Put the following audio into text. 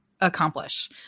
accomplish